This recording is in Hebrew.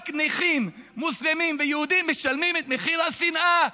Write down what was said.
רק נכים, מוסלמים ויהודים, משלמים את מחיר השנאה.